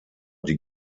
die